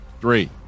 three